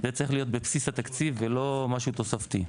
זה צריך להיות בבסיס התקציב ולא משהו תוספתי.